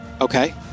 Okay